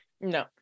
no